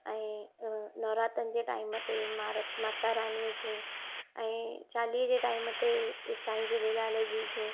ऐं नवरात्रनि जे टाइम ते माता रानीअ जूं ऐं चालीहे जे टाइम ते साईं झूलेलाल जी जो